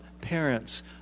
parents